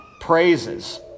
praises